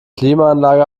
klimaanlage